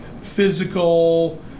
physical